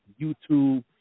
YouTube